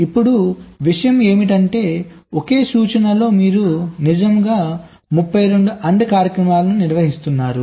ఇప్పుడు విషయం ఏమిటంటే ఒకే సూచనలో మీరు నిజంగా 32 AND కార్యకలాపాలను నిర్వహిస్తున్నారు